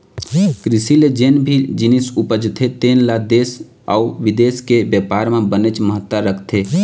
कृषि ले जेन भी जिनिस उपजथे तेन ल देश अउ बिदेश के बेपार म बनेच महत्ता रखथे